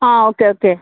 okay okay